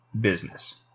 business